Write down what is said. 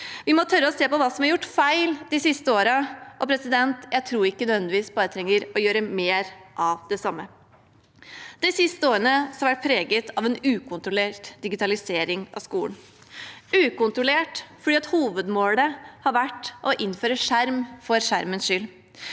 Vi må tørre å se på hva som er gjort feil de siste årene. Jeg tror ikke vi nødvendigvis bare trenger å gjøre mer av det samme. De siste årene har vært preget av en ukontrollert digitalisering av skolen – ukontrollert, fordi hovedmålet har vært å innføre skjerm for skjermens skyld.